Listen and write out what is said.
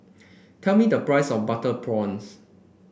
tell me the price of Butter Prawns